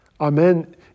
Amen